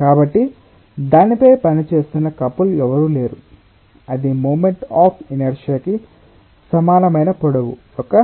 కాబట్టి దానిపై పనిచేస్తున్న కపుల్ ఎవరూ లేరు అది మూమెంట్ అఫ్ ఇనర్షియా కి సమానం పొడవు యొక్క